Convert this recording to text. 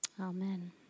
Amen